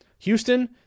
Houston